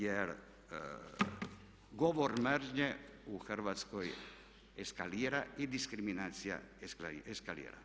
Jer govor mržnje u Hrvatskoj eskalira i diskriminacija eskalira.